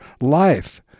life